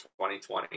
2020